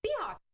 Seahawks